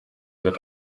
wird